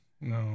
No